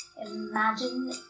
Imagine